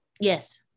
Yes